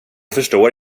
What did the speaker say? förstår